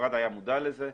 המשרד היה מודע לזה.